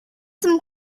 some